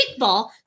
kickball